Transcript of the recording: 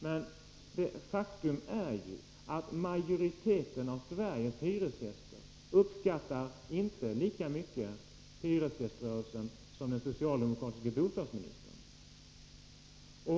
Men ett faktum är ju att majoriteten av Sveriges hyresgäster inte uppskattar hyresgäströrelsen lika mycket som den socialdemokratiske bostadsministern gör.